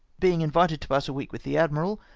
being invited to pass a week with the admiral,